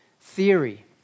theory